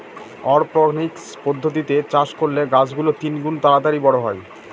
অরপনিক্স পদ্ধতিতে চাষ করলে গাছ গুলো তিনগুন তাড়াতাড়ি বড়ো হয়